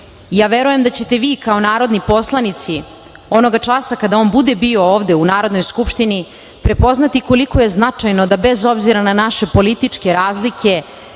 porodica. Verujem da ćete vi kao narodni poslanici onoga časa kada on bude bio ovde u Narodnoj skupštini prepoznati koliko je značajno da, bez obzira na naše političke razlike,